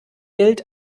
geld